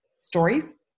stories